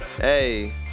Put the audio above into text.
hey